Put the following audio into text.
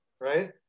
right